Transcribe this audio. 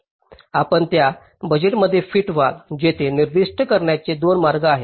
आपण त्या बजेटमध्ये फिट व्हाल तेथे निर्दिष्ट करण्याचे 2 मार्ग आहेत